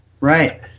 right